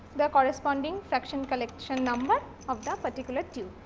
the corresponding fraction collection number of the particular tube.